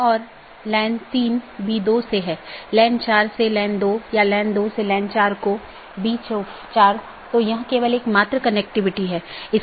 इसलिए उनके बीच सही तालमेल होना चाहिए